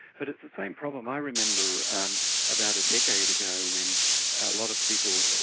but it's the same problem. i remember about a decade ago when a lot of people,